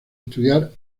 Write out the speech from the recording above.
estudiar